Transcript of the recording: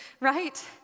right